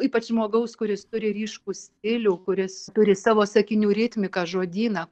ypač žmogaus kuris turi ryškų stilių kuris turi savo sakinių ritmiką žodyną